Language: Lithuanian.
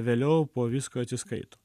vėliau po visko atsiskaito